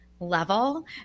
level